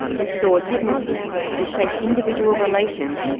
restore dignity and shape individual relations,